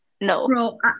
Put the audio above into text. no